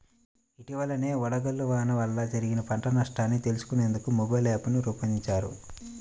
ఇటీవలనే వడగళ్ల వాన వల్ల జరిగిన పంట నష్టాన్ని తెలుసుకునేందుకు మొబైల్ యాప్ను రూపొందించారు